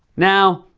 now,